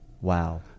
Wow